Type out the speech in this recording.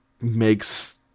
makes